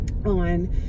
on